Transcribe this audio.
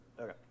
okay